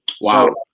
Wow